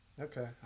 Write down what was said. Okay